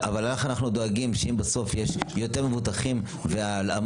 אבל איך אנחנו דואגים שאם בסוף יש יותר מבוטחים וההלאמה